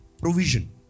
Provision